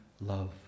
love